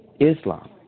Islam